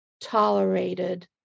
tolerated